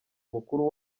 mukuru